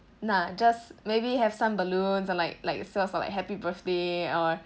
nah just maybe have some balloons or like like sort of like happy birthday or